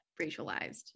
racialized